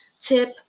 tip